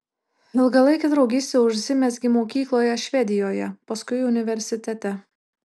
ilgalaikė draugystė užsimezgė mokykloje švedijoje paskui universitete